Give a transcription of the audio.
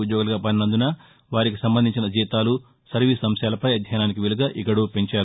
ఉద్యోగులుగా మారినందున వారికి సంబంధించిన జీతాలు సర్వీసు అంశాలపై ఆధ్యయనానికి వీలుగా ఈ గడువు పెంచారు